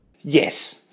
Yes